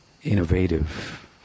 innovative